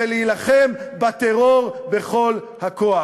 ולהילחם בטרור בכל הכוח.